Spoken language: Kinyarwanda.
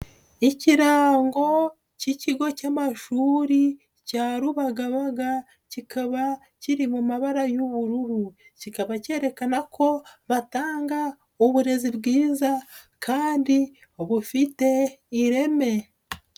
Ikirango k'ikigo cy'amashuri cya Rubagabaga kikaba kiri mu mabara y'ubururu. Kikaba kerekana ko batanga uburezi bwiza, kandi bufite ireme.